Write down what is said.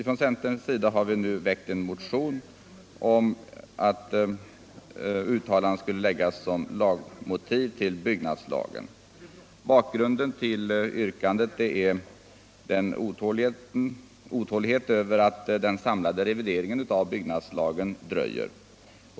Från centerns sida har vi väckt en motion om att vissa riksdagsuttalanden skulle läggas som lagmotiv till byggnadslagen. Bakgrunden till yrkandet är otålighet över att den samlade revideringen av byggnadslagen dröjer.